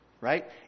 right